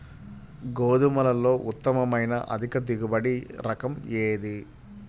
గోధుమలలో ఉత్తమమైన అధిక దిగుబడి రకం ఏది?